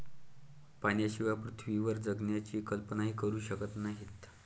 पाण्याशिवाय पृथ्वीवर जगण्याची कल्पनाही करू शकत नाही